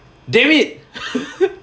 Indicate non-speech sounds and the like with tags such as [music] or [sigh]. damn it [laughs]